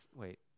wait